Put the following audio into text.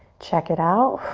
check it out.